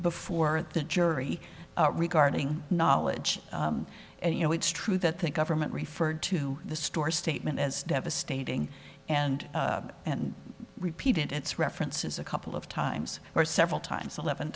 before the jury regarding knowledge and you know it's true that the government referred to the store statement as devastating and and repeated its references a couple of times or several times eleven